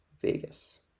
Vegas